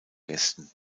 gästen